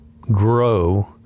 grow